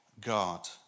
God